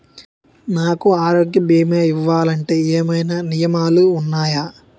నాకు ఆరోగ్య భీమా ఇవ్వాలంటే ఏమైనా నియమాలు వున్నాయా?